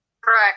Correct